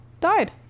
died